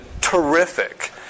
terrific